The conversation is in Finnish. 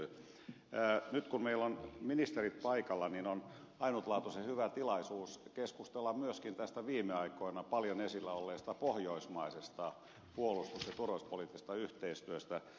nyt kun meillä ovat ministerit paikalla niin on ainutlaatuisen hyvä tilaisuus keskustella myöskin tästä viime aikoina paljon esillä olleesta pohjoismaisesta puolustus ja turvallisuuspoliittisesta yhteistyöstä